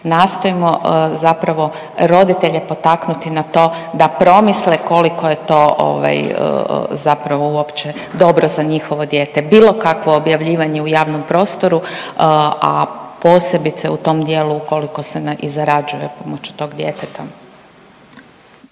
Nastojimo zapravo roditelje potaknuti na to da promisle koliko je to zapravo uopće dobro za njihovo dijete, bilo kakvo objavljivanje u javnom prostoru, a posebice u tom dijelu ukoliko se i zarađuje uz pomoć dog djeteta.